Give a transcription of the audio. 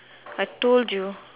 I told you